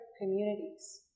communities